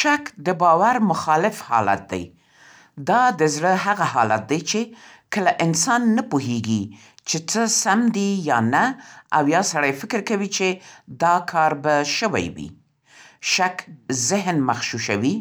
شک د باور مخالف حالت دی. دا د زړه هغه حالت دی چې کله انسان نه پوهېږي چې څه سم دي یا نه او یا سړی فکر کوي چې دا کار به شوی وي. شک ذهن مغشوشوي،